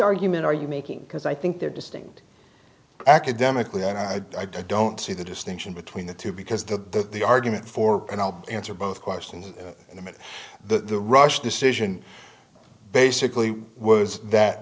argument are you making because i think they're distinct academically and i don't see the distinction between the two because the the argument for and i'll answer both questions intimate the rush decision basically was that